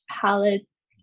palettes